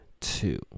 two